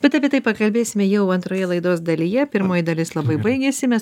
bet apie tai pakalbėsime jau antroje laidos dalyje pirmoji dalis labai baigėsi mes